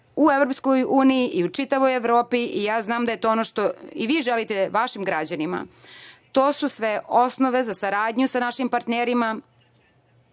u EU i u čitavoj Evropi. Ja znam da je to ono što i vi želite vašim građanima. To su sve osnove za saradnju sa našim partnerima